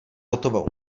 hotovou